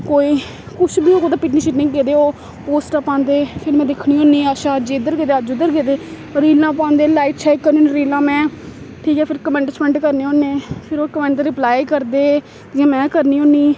कोई कुछ बी होऐ कुतै पिकनिक शिननिक गेदे हो पोस्टां पांदे फिर में दिक्खनी होन्नी अच्छा अज्ज इद्धर गेदे अज्ज उद्धर गेदे रीलां पांदे लाइक शाइक करनी होन्नी रीलां में ठीक ऐ फिर कमैंट शमेंट करने होन्ने फिर ओह् कमैंट दे रिप्लाई करदे जि'यां में करनी होन्नी